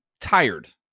tired